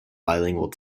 bilingual